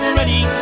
ready